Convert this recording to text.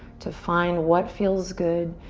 to find what feels good,